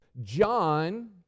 John